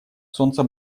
солнца